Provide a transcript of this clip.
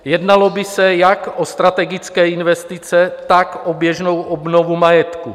Jednalo by se jak o strategické investice, tak o běžnou obnovu majetku.